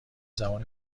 زبان